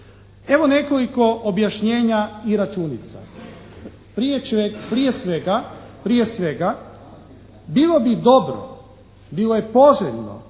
Evo nekoliko objašnjenja i računica. Prije svega, bilo bi dobro, bilo je poželjno,